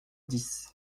dix